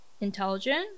intelligent